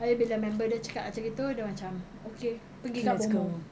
abeh bila member dia cakap macam gitu dia macam okay pergi kat bomoh